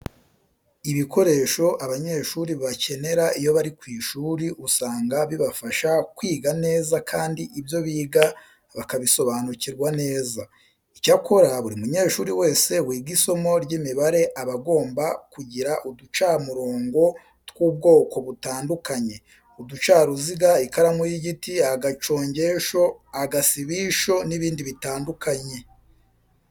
Ibikoresho abanyeshuri bakenera iyo bari ku ishuri usanga bibafasha kwiga neza kandi ibyo biga bakabisobanukirwa neza. Icyakora buri munyeshuri wese wiga isomo ry'imibare aba agomba kugira uducamurongo tw'ubwoko butandukanye, uducaruziga, ikaramu y'igiti, agacongesho, agasibisho n'ibindi bitandukanye.